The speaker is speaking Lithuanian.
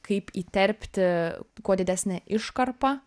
kaip įterpti kuo didesnę iškarpą